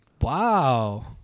Wow